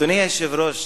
אדוני היושב-ראש,